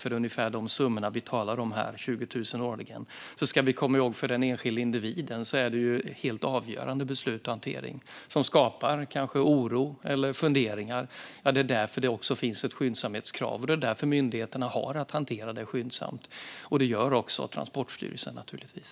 Det är ungefär de summorna vi talar om: 20 000 årligen. Vi ska komma ihåg att för den enskilde individen är det helt avgörande beslut och hantering, som kanske skapar oro eller funderingar. Det är därför som det finns ett skyndsamhetskrav, och det är därför myndigheten har att hantera detta skyndsamt. Det gör också Transportstyrelsen, naturligtvis.